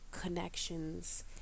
connections